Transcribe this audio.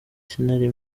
sinari